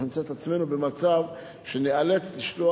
אנחנו נמצא את עצמנו במצב שניאלץ לשלוח